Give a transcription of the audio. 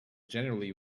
generally